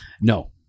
No